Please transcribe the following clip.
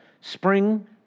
spring